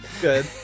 Good